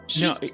No